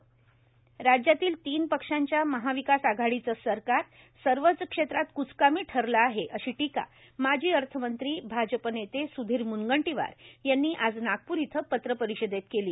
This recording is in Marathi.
मुनंगटीवार पत्र परिषद राज्यातील तीन पक्षाच्या महाविकास आघाडीचे हे सरकार सर्वच क्षेत्रात क्चकामी ठरले आहे अशी टीका माजी अर्थमंत्री भाजप नेते सुधीर मुनगंटीवार यांनी आज नागपूर येथे पत्रपरिषदेत केली